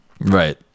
right